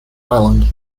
island